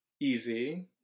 easy